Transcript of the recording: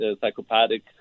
psychopathic